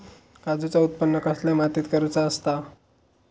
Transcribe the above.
काजूचा उत्त्पन कसल्या मातीत करुचा असता?